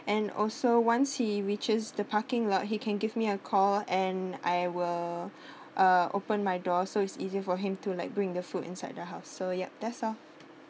and also once he reaches the parking lot he can give me a call and I will uh open my door so it's easier for him to like bring the food inside the house so yup that's all